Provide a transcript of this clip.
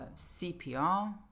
CPR